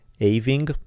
Aving